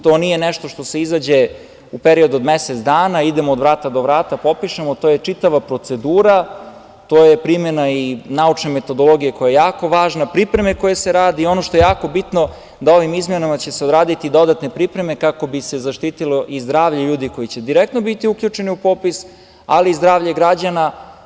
To nije nešto što se izađe u periodu od mesec dana, idemo od vrata do vrata, popišemo, to je čitava procedura, to je primena i naučne metodologije koja je jako važna, pripreme koje se rade i ono što je jako bitno, da ovim izmenama uradiće se dodatne pripreme kako bi se zaštitilo i zdravlje ljudi koji će biti direktno uključeni u popis, ali i zdravlje građana.